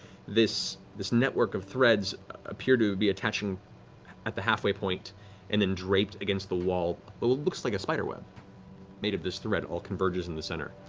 this this network of threads appear to be attaching at the halfway point and then draped against the wall, but what looks like a spiderweb made of this thread all converges in the center.